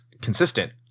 consistent